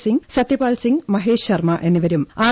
സിങ് സത്യപാൽ സിങ് മഹേഷ് ശർമ്മ എന്നിവരും ആർ